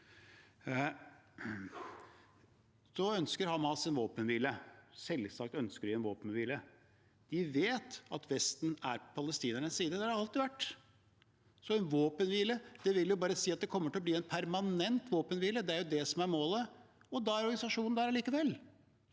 Så ønsker Hamas våpenhvile. Selvsagt ønsker de en våpenhvile. De vet at Vesten er på palestinernes side – det har de alltid vært, så en våpenhvile vil jo bare si at det kommer til å bli en permanent våpenhvile. Det er det som er målet, og da er organisasjonen der allikevel,